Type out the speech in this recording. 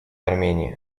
армении